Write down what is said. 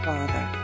Father